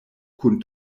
kun